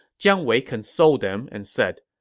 jiang wei consoled them and said,